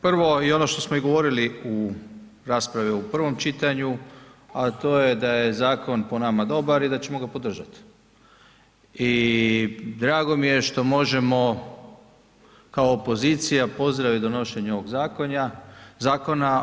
Prvo i ono što smo i govorili u raspravi u prvom čitanju, a to je da je zakon po nama dobar i da ćemo ga podržati i drago mi je što možemo kao opozicija pozdraviti donošenje ovog zakona.